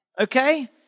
Okay